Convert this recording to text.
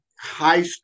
high